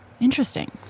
Interesting